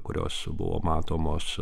kurios buvo matomos